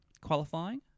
qualifying